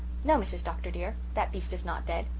no, mrs. dr. dear, that beast is not dead.